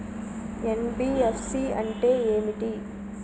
NBFC అంటే ఏమిటి?